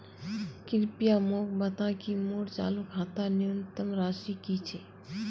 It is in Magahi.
कृपया मोक बता कि मोर चालू खातार न्यूनतम राशि की छे